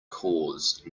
cause